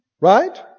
right